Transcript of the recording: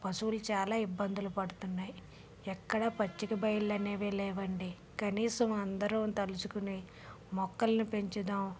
పశువులు చాలా ఇబ్బందులు పడుతున్నాయి ఎక్కడా పచ్చిక బయళ్ళనేవే లేవండి కనీసం అందరం తలుచుకుని మొక్కలిని పెంచుదాం